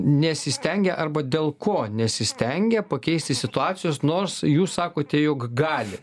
nesistengia arba dėl ko nesistengia pakeisti situacijos nors jūs sakote jog gali